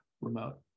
remote